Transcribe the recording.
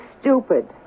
stupid